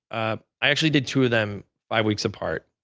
ah i actually did two of them five weeks apart.